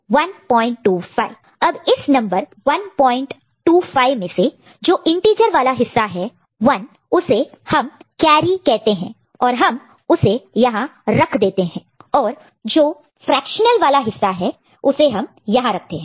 125 अब इस नंबर125 में से जो इंटिजर वाला हिस्सा है 1 उसे हम कैरी कहते हैं और हम उसे यहां रख देते हैं और जो फ्रेक्शनल वाला हिस्सा है उसे हम यहां रखते हैं